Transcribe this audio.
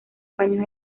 paños